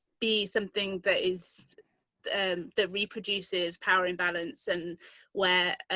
be something that is that reproduces power imbalance and where.